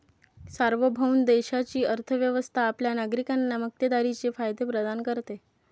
सार्वभौम देशाची अर्थ व्यवस्था आपल्या नागरिकांना मक्तेदारीचे फायदे प्रदान करते